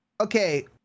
Okay